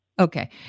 Okay